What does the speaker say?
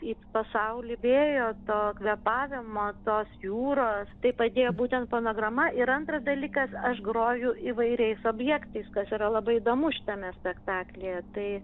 į pasaulį vėjo to kvėpavimo tos jūros tai padėjo būtent fonograma ir antras dalykas aš groju įvairiais objektais kas yra labai įdomu šitame spektaklyje tai